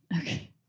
Okay